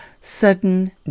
sudden